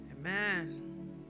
Amen